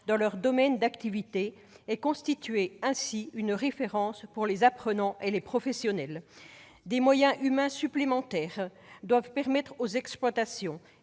dans leur domaine d'activité et ainsi constituer une référence pour les apprenants et les professionnels. Des moyens humains supplémentaires doivent permettre aux exploitations